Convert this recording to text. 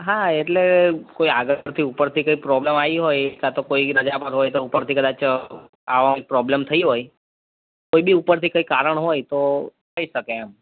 હા એટલે કોઈ આગળ પરથી ઉપરથી કંઈ પ્રોબ્લેમ આવી હોય કાં તો કોઈ રજા પર હોય તો ઉપરથી કદાચ આવવામાં પ્રોબ્લેમ થઈ હોય કોઈ બી ઉપરથી કંઈક કારણ હોય તો થઈ શકે એમ